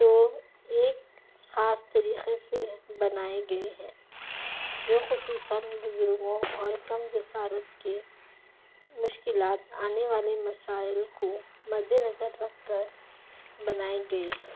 تو ایک خاص طریقے سے بنائے گئے ہیں جو خصوصاً بزرگوں اور کم جسارت کے مشکلات آنے والے مسائل کو مد نظر رکھ کر بنائے گئے ہیں